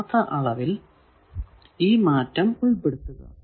യഥാർത്ഥ അളവിൽ ഈ മാറ്റം ഉൾപെടുത്തുക